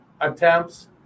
attempts